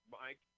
Mike